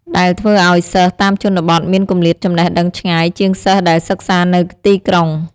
ដែលធ្វើឲ្យសិស្សតាមជនបទមានគម្លាតចំណេះដឹងឆ្ងាយជាងសិស្សដែលសិក្សានៅទីក្រុង។